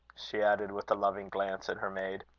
she added, with a loving glance at her maid.